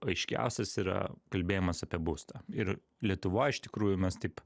aiškiausias yra kalbėjimas apie būstą ir lietuvoj iš tikrųjų mes taip